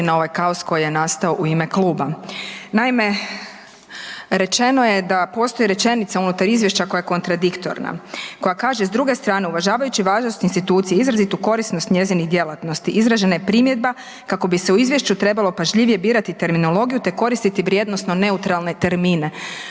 na ovaj kaos koji je nastao u ime Kluba. Naime, rečeno je da postoji rečenica unutar Izvješća koja je kontradiktorna, koja kaže „s druge strane uvažavajući važnost institucije, izrazitu korisnost njezinih djelatnosti, izražena je primjedba kako bi se u Izvješću trebalo pažljivije birati terminologiju te koristiti vrijednosno neutralne termine“,